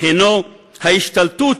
הוא ההשתלטות